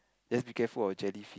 just be careful of jelly